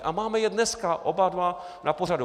A máme je dneska oba dva na pořadu.